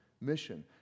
mission